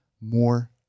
more